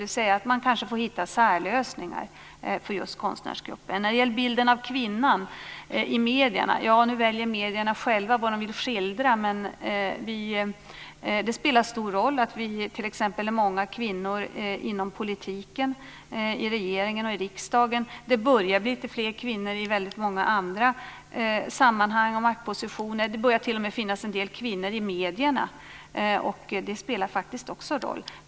Man får kanske hitta särlösningar för just konstnärsgruppen. När det gäller bilden av kvinnan i medierna vill jag säga att medierna själva väljer vad de vill skildra. Men det spelar stor roll att vi t.ex. är många kvinnor inom politiken i regeringen och i riksdagen. Det börjar bli lite fler kvinnor i väldigt många andra sammanhang och i maktpositioner. Det börjar t.o.m. finnas en del kvinnor i medierna, och det spelar faktiskt också roll.